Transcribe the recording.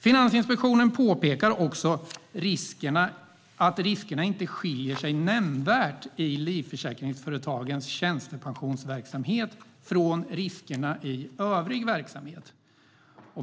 Finansinspektionen påpekar också att riskerna i livförsäkringsföretagens tjänstepensionsverksamhet inte skiljer sig nämnvärt från riskerna i övrig verksamhet.